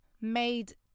made